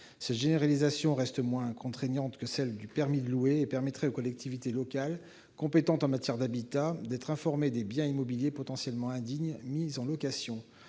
Cette généralisation reste moins contraignante que celle du permis de louer et permettrait aux collectivités locales compétentes en matière d'habitat d'être informées des biens immobiliers potentiellement indignes mis en location.